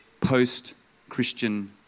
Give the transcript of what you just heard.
post-Christian